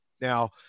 Now